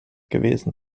gewesen